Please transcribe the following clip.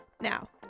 Now